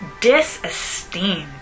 disesteemed